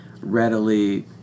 readily